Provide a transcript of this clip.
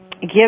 Give